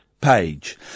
page